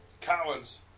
Cowards